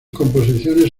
composiciones